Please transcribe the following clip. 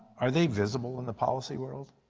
are they visible in the policy world?